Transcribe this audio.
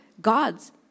God's